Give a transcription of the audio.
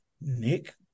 Nick